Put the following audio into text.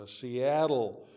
Seattle